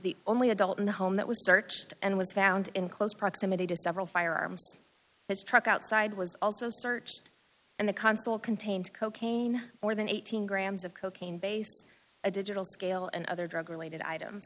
the only adult in the home that was searched and was found in close proximity to several firearms his truck outside was also searched and the constable contained cocaine more than eighteen grams of cocaine base a digital scale and other drug related items